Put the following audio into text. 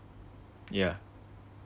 yeah